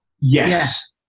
Yes